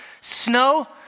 Snow